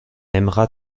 aimera